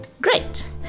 Great